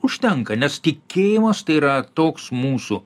užtenka nes tikėjimas tai yra toks mūsų